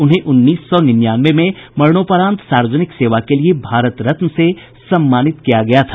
उन्हें उन्नीस सौ निन्यानवें में मरणोपरांत सार्वजनिक सेवा के लिए भारत रत्न से सम्मानित किया गया था